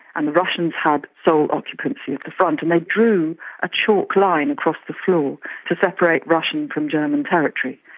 and the russians had sole occupancy of the front, and they drew a chalk line across the floor to separate russian from german territory,